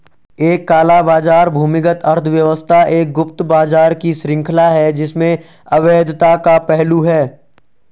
एक काला बाजार भूमिगत अर्थव्यवस्था एक गुप्त बाजार की श्रृंखला है जिसमें अवैधता का पहलू है